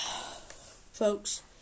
Folks